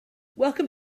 welcome